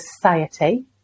society